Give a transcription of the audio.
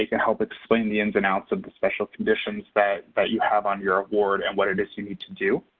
ah help explain the ins and outs of the special conditions that but you have on your award and what it is you need to do.